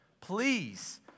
please